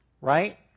right